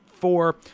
four